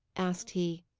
asked he.